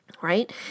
Right